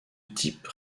type